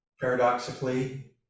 paradoxically